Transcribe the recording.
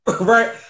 right